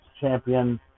champion